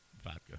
vodka